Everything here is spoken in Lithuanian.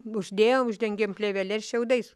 uždėjom uždengėm plėvele ir šiaudais